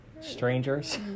Strangers